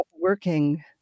working